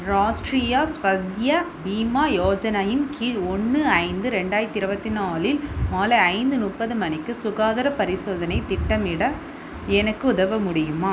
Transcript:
ராஷ்டிரியா ஸ்வத்திய பீமா யோஜனா இன் கீழ் ஒன்று ஐந்து ரெண்டாயிரத்து இருபத்தி நாலில் மாலை ஐந்து முப்பது மணிக்கு சுகாதாரப் பரிசோதனையைத் திட்டமிட எனக்கு உதவ முடியுமா